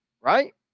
right